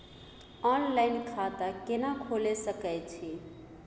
Online खाता केना खोले सकै छी?